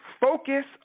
focus